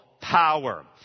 power